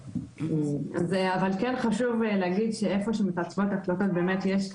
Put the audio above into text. אבל כן חשוב להגיד שאיפה שמתעצבות החלטות,